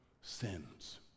sins